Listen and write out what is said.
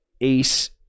ace